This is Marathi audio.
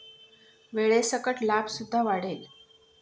वेळेसकट लाभ सुद्धा वाढेल